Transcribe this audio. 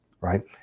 right